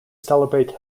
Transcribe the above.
celebrate